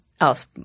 else